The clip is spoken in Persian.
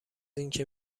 اینکه